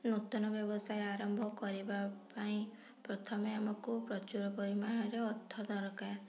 ନୂତନ ବ୍ୟବସାୟ ଆରମ୍ଭ କରିବା ପାଇଁ ପ୍ରଥମେ ଆମକୁ ପ୍ରଚୁର ପରିମାଣରେ ଅର୍ଥ ଦରକାର